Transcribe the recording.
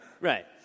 Right